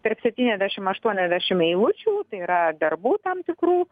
tarp septyniasdešim aštuoniasdešim eilučių tai yra darbų tam tikrų